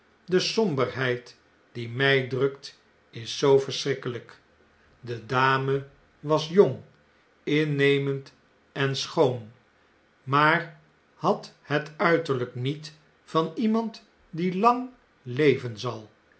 de somberheid die mjj drukt is zoo verschrikkelp de dame was jong innemend en schoon maar had het uiterljjk niet van iemand die lang leven zal